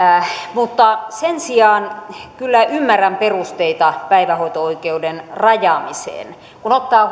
mutta sen sijaan kyllä ymmärrän perusteita päivähoito oikeuden rajaamiseen kun ottaa